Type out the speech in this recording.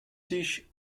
sich